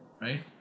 Right